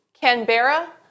Canberra